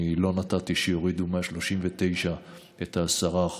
אני לא נתתי שיורידו מה-39 את ה-10%,